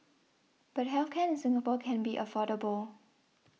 but health care in Singapore can be affordable